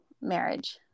marriage